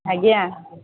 ଆଜ୍ଞା